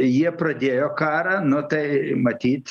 jie pradėjo karą nu tai matyt